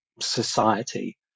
society